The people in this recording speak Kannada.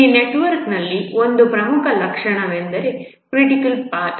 ಈ ನೆಟ್ವರ್ಕ್ನಲ್ಲಿ ಒಂದು ಪ್ರಮುಖ ಲಕ್ಷಣವೆಂದರೆ ಕ್ರಿಟಿಕಲ್ ಪಾಥ್